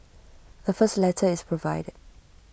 the first letter is provided